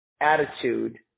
attitude